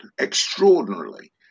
extraordinarily